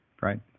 Right